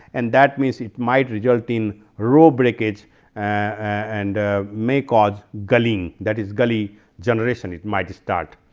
and that means, it might result in row breakage and may cause gulling that is gully generation it might start.